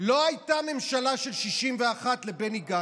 לא הייתה ממשלה של 61 לבני גנץ.